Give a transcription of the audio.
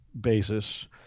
basis